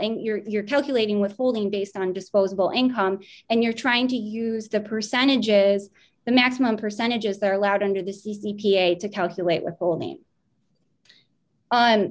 and you're calculating withholding based on disposable income and you're trying to use the percentages the maximum percentages they're allowed under the c c p a to calculate with full name on